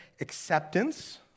Acceptance